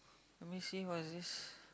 let me see what is this